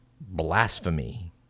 blasphemy